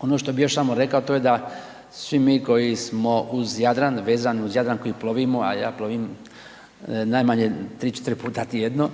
Ono što bih još samo rekao to je da svi mi koji smo uz Jadran vezani, uz Jadran koji plovimo, a ja plovim najmanje 3, 4 puta tjedno